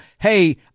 hey